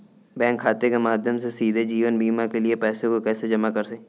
Bank खाते के माध्यम से सीधे जीवन बीमा के लिए पैसे को कैसे जमा करें?